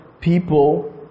people